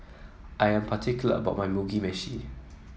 I am particular about my Mugi Meshi